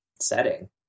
setting